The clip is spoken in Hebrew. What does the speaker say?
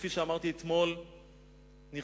שכפי שאמרתי אתמול נרצחו.